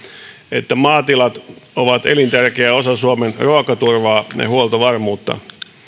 että maatilat ovat elintärkeä osa suomen ruokaturvaa ja huoltovarmuutta